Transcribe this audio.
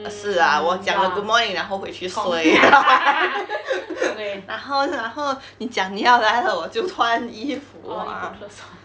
err 是啊我讲了 good morning 然后回去睡 然后然后你讲你要来了我就穿衣服啊